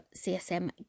CSM